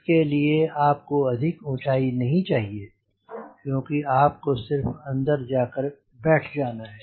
इसके लिए आपको अधिक ऊंचाई नहीं चाहिए क्योंकि आपको सिर्फ अंदर जाकर बैठ जाना है